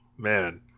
Man